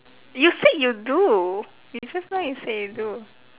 you said you do you just now you said you do